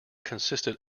consisted